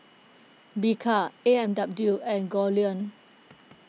Bika A and W and Goldlion